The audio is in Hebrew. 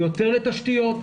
יותר לתשתיות,